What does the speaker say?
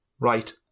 Right